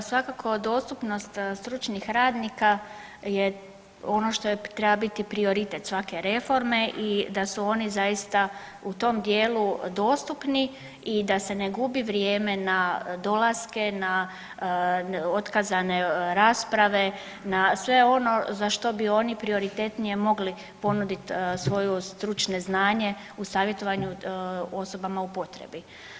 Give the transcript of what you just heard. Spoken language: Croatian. Evo svakako dostupnost stručnih radnika je ono što je treba biti prioritet svake reforme i da su oni zaista u tom dijelu dostupni i da se ne gubi vrijeme na dolaske, na otkazane rasprave, na sve ono za što bi oni prioritetnije mogli ponuditi svoje stručno znanje u savjetovanju osobama u potrebi.